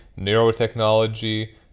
neurotechnology